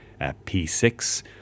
P6